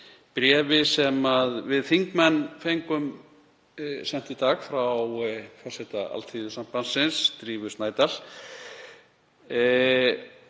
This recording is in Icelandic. bréfi sem við þingmenn fengum sent í dag frá forseta Alþýðusambandsins, Drífu Snædal,